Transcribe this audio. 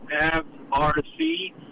FRC